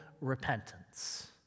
repentance